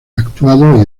actuado